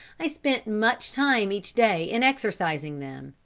i spent much time each day in exercising them,